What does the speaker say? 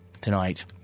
tonight